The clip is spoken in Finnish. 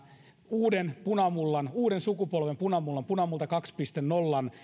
uuden punamullan uuden sukupolven punamullan punamulta kaksi piste nollan